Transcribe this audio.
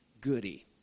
goody